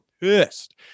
pissed